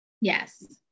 yes